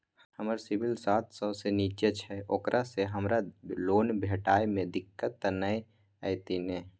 हमर सिबिल सात सौ से निचा छै ओकरा से हमरा लोन भेटय में दिक्कत त नय अयतै ने?